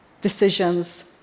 decisions